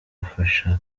gufasha